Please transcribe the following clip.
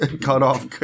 cut-off